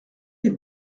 les